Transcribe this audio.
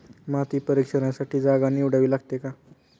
माती परीक्षणासाठी जागा निवडावी लागते का?